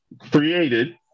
created